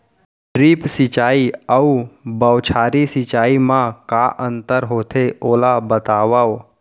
Drip सिंचाई अऊ बौछारी सिंचाई मा का अंतर होथे, ओला बतावव?